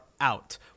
out